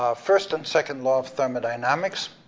ah first and second law of thermodynamics,